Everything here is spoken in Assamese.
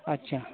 আচ্ছা